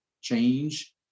change